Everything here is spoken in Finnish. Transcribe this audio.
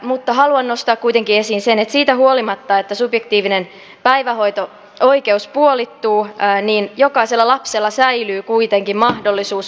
mutta haluan nostaa kuitenkin esiin sen että siitä huolimatta että subjektiivinen päivähoito oikeus puolittuu jokaisella lapsella säilyy kuitenkin mahdollisuus varhaiskasvatukseen myös tulevaisuudessa